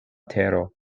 tero